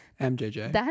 mjj